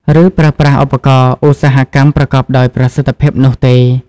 ឬប្រើប្រាស់ឧបករណ៍ឧស្សាហកម្មប្រកបដោយប្រសិទ្ធភាពនោះទេ។